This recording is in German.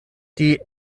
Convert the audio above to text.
die